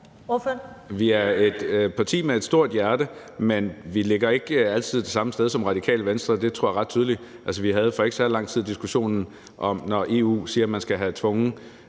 Vi er et parti med et stort hjerte, men vi ligger ikke altid det samme sted som Radikale Venstre. Det tror jeg er ret tydeligt. Altså, vi havde for ikke særlig lang tid siden diskussionen, om man skal have tvungen